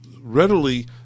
readily